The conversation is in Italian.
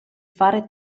fare